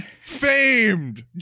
Famed